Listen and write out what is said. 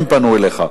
אם פנו אליך.